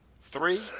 three